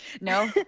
no